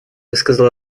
высказал